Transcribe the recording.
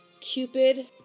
Cupid